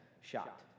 shot